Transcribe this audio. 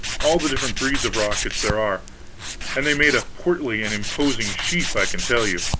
all the different breeds of rockets there are and they made a portly and imposing sheaf, i can tell you.